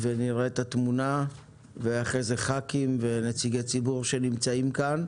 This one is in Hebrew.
ונראה את התמונה ואחרי כן נשמע חברי כנסת ונציגי ציבור שנמצאים כאן.